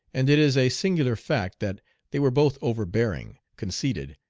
and it is a singular fact that they were both overbearing, conceited,